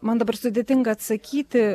man dabar sudėtinga atsakyti